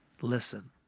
Listen